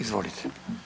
Izvolite.